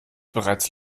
bereits